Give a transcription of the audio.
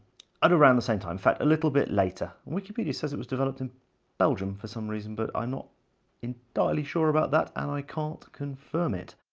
around the same time, in fact, a little bit later, wikipedia says it was developed in belgium for some reason, but i'm not entirely sure about that, and i can't confirm it.